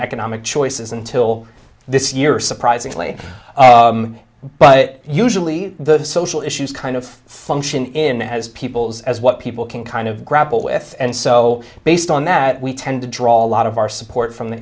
economic choices until this year surprisingly but usually the social issues kind of function in as people's as what people can kind of grapple with and so based on that we tend to draw a lot of our support from the